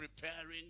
preparing